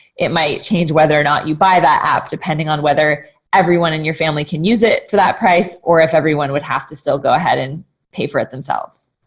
it might change whether or not you buy that app depending on whether everyone in your family can use it for that price or if everyone would have to still go ahead and pay for it themselves.